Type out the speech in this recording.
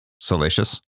salacious